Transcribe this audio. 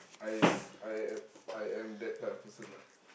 I I am I am that type of person lah